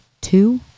two